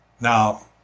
Now